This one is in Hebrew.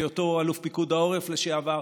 בהיותו אלוף פיקוד העורף לשעבר,